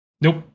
nope